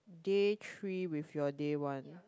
day three with your day one